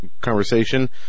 conversation